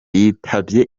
yitabye